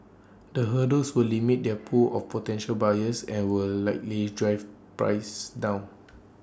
the hurdles will limit their pool of potential buyers and will likely drive prices down